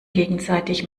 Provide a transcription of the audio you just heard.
gegenseitig